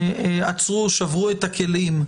עצרו, שברו את הכלים,